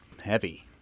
Heavy